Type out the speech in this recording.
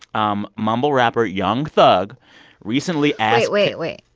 um mumble rapper young thug recently asked. wait, wait, wait.